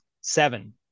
Seven